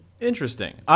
Interesting